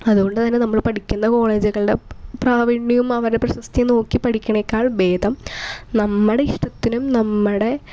അതുകൊണ്ട് തന്നെ നമ്മൾ പഠിക്കുന്ന കോളേജുകളുടെ പ്രാവീണ്യവും അവരെ പ്രശസ്തിയും നോക്കി പഠിക്കുന്നതിനേക്കാൾ ഭേദം നമ്മുടെ ഇഷ്ടത്തിനും നമ്മുടെ